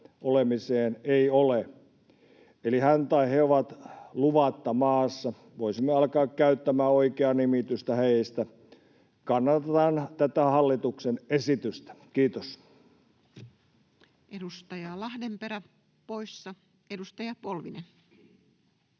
olemiseen ei ole. Eli hän tai he ovat luvatta maassa. Voisimme alkaa käyttämään oikeaa nimitystä heistä. Kannatan tätä hallituksen esitystä. — Kiitos. Edustaja Lahdenperä, poissa. — Edustaja Polvinen.